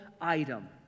item